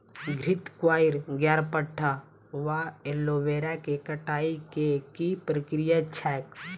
घृतक्वाइर, ग्यारपाठा वा एलोवेरा केँ कटाई केँ की प्रक्रिया छैक?